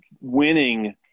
winning